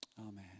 Amen